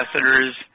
ambassadors